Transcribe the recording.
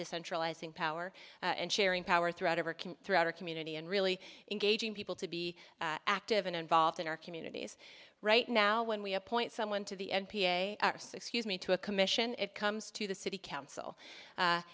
decentralizing power and sharing power throughout ever can throughout our community and really engaging people to be active and involved in our communities right now when we appoint someone to the n p a excuse me to a commission it comes to the city council